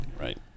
right